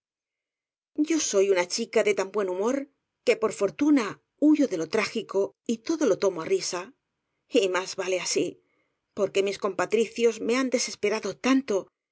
yo soy una chica de tan buen humor que por fortuna huyo de lo trágico y todo lo tomo á risa y más vale así porque mis compatricios me han desesperado tanto